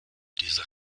dieser